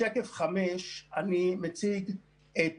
בשקף 5 אני מציג את